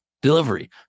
delivery